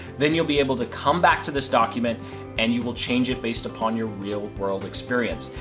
then you'll be able to come back to this document and you will change it based upon your real world experience.